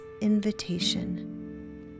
invitation